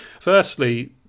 Firstly